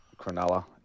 Cronulla